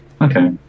Okay